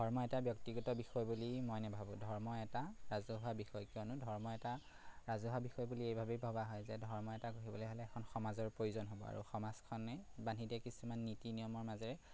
ধৰ্ম এটা ব্যক্তিগত বিষয় বুলি মই নেভাবোঁ ধৰ্ম এটা ৰাজহুৱা বিষয় কিয়নো ধৰ্ম এটা ৰাজহুৱা বিষয় বুলি এইবাবেই ভবা হয় যে ধৰ্ম এটা গঢ়িবলে হ'লে এখন সমাজৰ প্ৰয়োজন হ'ব আৰু সমাজখনেই বান্ধি দিয়ে কিছুমান নীতি নিয়মৰ মাজেৰে